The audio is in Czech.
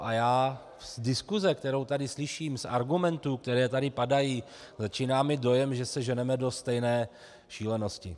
A já z diskuse, kterou tady slyším, z argumentů, které tady padají, začínám mít dojem, že se ženeme do stejné šílenosti.